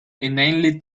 inanely